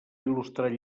il·lustrat